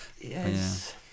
yes